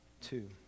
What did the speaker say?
two